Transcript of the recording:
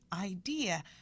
idea